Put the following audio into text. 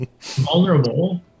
vulnerable